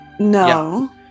No